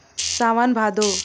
सावन भादो